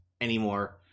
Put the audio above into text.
anymore